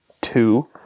two